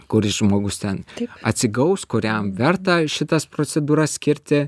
kuris žmogus ten atsigaus kuriam verta šitas procedūras skirti